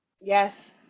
Yes